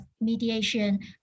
mediation